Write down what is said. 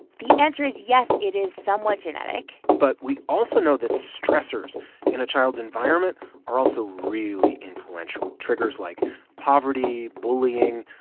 the answer is yes. it is somewhat genetic but we also know that stressors in a child's environment are also really influential, triggers like poverty, bullying,